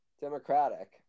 Democratic